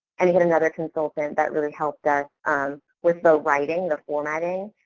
and we had another consultant that really helped us with the writing, the formatting.